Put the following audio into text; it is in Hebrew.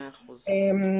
אני